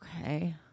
Okay